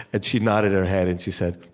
and she nodded her head and she said,